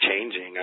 changing